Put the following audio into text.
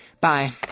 Bye